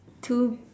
to